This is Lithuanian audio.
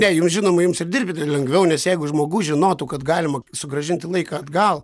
ne jums žinoma jums ir dirbti lengviau nes jeigu žmogus žinotų kad galima sugrąžinti laiką atgal